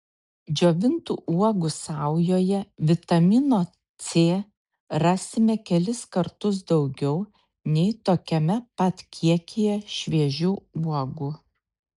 džiovintų uogų saujoje vitamino c rasime kelis kartus daugiau nei tokiame pat kiekyje šviežių uogų